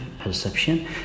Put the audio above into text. Perception